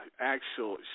actual